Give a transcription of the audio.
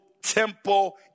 temple